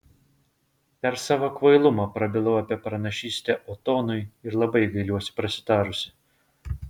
per savo kvailumą prabilau apie pranašystę otonui ir labai gailiuosi prasitarusi